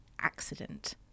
accident